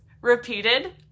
repeated